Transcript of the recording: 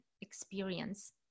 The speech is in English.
experience